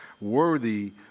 worthy